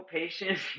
patient